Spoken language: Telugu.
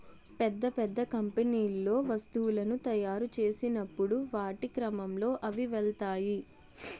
పెద్ద పెద్ద కంపెనీల్లో వస్తువులను తాయురు చేసినప్పుడు వాటి క్రమంలో అవి వెళ్తాయి